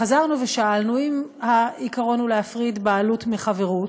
חזרנו ושאלנו: אם העיקרון הוא להפריד בעלות מחברות,